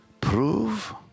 Prove